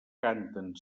canten